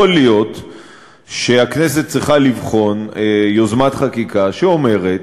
יכול להיות שהכנסת צריכה לבחון יוזמת חקיקה שאומרת